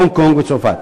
הונג-קונג וצרפת.